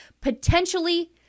potentially